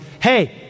hey